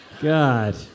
God